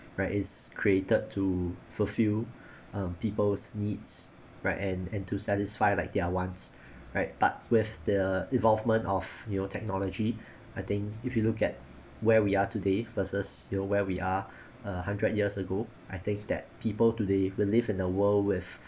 where is created to fulfill uh people's needs right and and to satisfy like they're ones right but with the involvement of new technology I think if you look at where we are today versus you know where we are a hundred years ago I think that people today will live in a world with